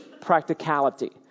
practicality